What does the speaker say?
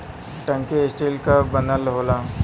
टंकी स्टील क बनल होला